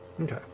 Okay